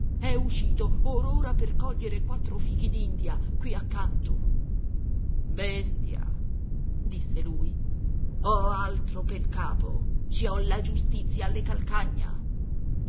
è uscito or ora per cogliere quattro fichi d'india qui accanto bestia disse lui ho altro pel capo ci ho la giustizia alle calcagna